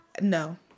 No